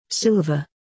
silver